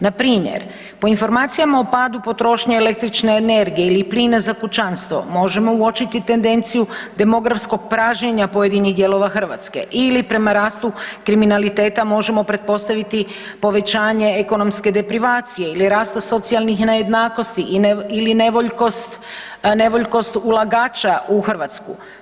Npr. po informacijama o padu potrošnje električne energije ili plina za kućanstvo možemo uočiti tendenciju demografskog pražnjenja pojedinih dijelova Hrvatske ili prema rastu kriminaliteta možemo pretpostaviti povećanje ekonomske deprivacije ili rasta socijalnih nejednakosti ili nevoljkost ulagača u Hrvatsku.